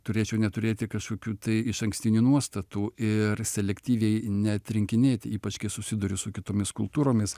turėčiau neturėti kažkokių išankstinių nuostatų ir selektyviai neatrinkinėti ypač kai susiduriu su kitomis kultūromis